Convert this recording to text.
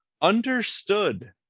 understood